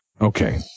Okay